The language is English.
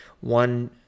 one